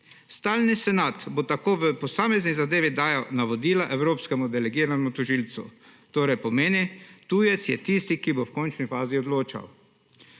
Stalni senat bo tako v posamezni zadevi dajal navodila evropskemu delegiranemu tožilcu. Torej pomeni, tujec je tisti, ki bo v končni fazi odločal.